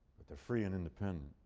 but they're free and independent.